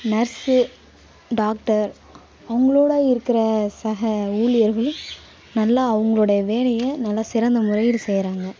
nurse doctor அவங்களோட இருக்கிற சக ஊழியர்களும் நல்லா அவங்களோடைய வேலையை நல்லா சிறந்த முறையில் செய்கிறாங்க